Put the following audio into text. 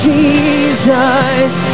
Jesus